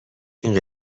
این